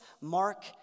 Mark